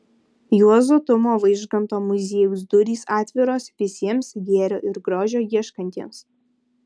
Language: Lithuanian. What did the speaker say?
juozo tumo vaižganto muziejaus durys atviros visiems gėrio ir grožio ieškantiems